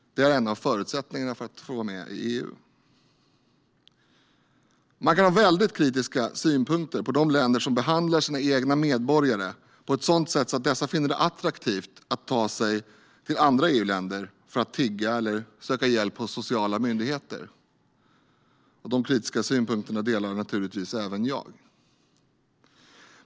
Det är en av förutsättningarna för att få vara med i EU. Man kan ha väldigt kritiska synpunkter på de länder som behandlar sina egna medborgare på ett sådant sätt att dessa finner det attraktivt att ta sig till andra EU-länder för att tigga eller söka hjälp hos sociala myndigheter. De kritiska synpunkterna har naturligtvis även jag.